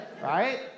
right